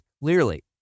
clearly